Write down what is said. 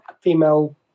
female